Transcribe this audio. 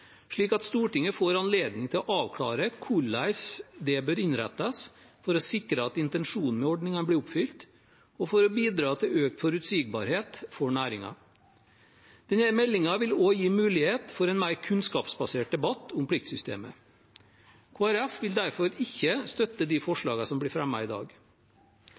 slik at Stortinget får anledning til å avklare hvordan det bør innrettes for å sikre at intensjonen med ordningen blir oppfylt, og for å bidra til økt forutsigbarhet for næringen. Denne meldingen vil også gi mulighet til en mer kunnskapsbasert debatt om pliktsystemet. Kristelig Folkeparti vil derfor ikke støtte de forslagene som blir fremmet i dag.